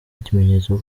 kimenyetso